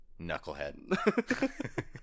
Knucklehead